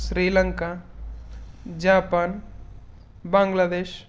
Sri Lanka Japan Bangladesh